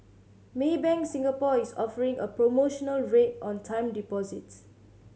Maybank Singapore is offering a promotional rate on time deposits